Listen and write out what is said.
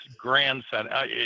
grandson